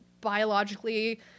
biologically